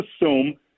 assume